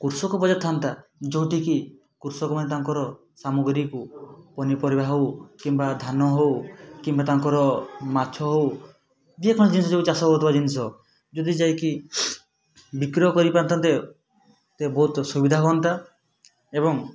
କୃଷକ ବଜାର ଥାଆନ୍ତା ଯେଉଁଠି କି କୃଷକମାନେ ତାଙ୍କର ସାମଗ୍ରୀକୁ ପନିପରିବା ହଉ କିମ୍ବା ଧାନ ହଉ କିମ୍ବା ତାଙ୍କର ମାଛ ହଉ ଯେକୌଣସି ଜିନିଷ ଯେଉଁ ଚାଷ ହଉଥିବା ଜିନିଷ ଯଦି ଯାଇକି ବିକ୍ରୟ କରିପାରିଥାଆନ୍ତେ ତେବେ ବହୁତ ସୁବିଧା ହୁଅନ୍ତା ଏବଂ